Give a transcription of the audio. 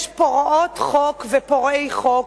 יש פורעות חוק ופורעי חוק.